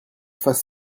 fasse